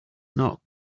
not